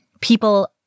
People